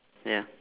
ya